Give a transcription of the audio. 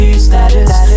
status